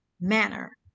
manner